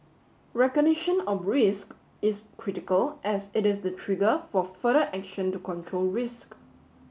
recognition of risk is critical as it is the trigger for further action to control risk